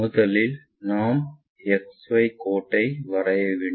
முதலில் நாம் XY கோட்டை வரைய வேண்டும்